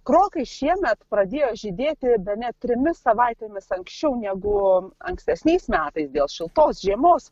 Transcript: krokai šiemet pradėjo žydėti net trimis savaitėmis anksčiau negu ankstesniais metais dėl šiltos žiemos